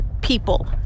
people